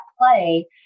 play